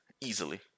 easily